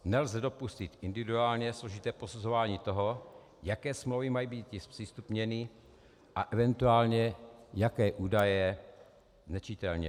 Nelze dopustit individuálně složité posuzování toho, jaké smlouvy mají být zpřístupněny a eventuálně jaké údaje znečitelněny.